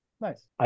Nice